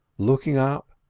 looking up,